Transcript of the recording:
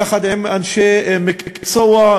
יחד עם אנשי מקצוע,